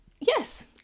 yes